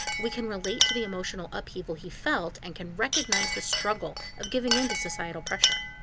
we can relate to the emotional upheaval he felt and can recognize the struggle of giving in to societal pressure.